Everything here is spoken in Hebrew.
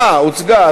אה, הוצגה.